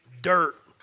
dirt